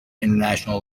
international